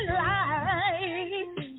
life